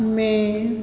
में